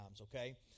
okay